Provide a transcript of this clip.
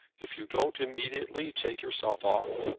if you don't immediately take yourself off,